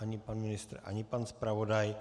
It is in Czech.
Ani pan ministr, ani pan zpravodaj.